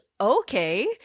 okay